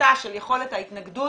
הפחתה של יכולת ההתנגדות